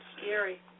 Scary